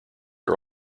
are